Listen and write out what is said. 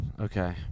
Okay